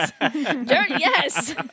Yes